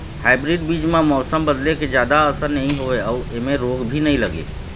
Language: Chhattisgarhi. हाइब्रीड बीज म मौसम बदले के जादा असर नई होवे अऊ ऐमें रोग भी नई लगे